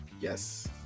yes